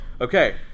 okay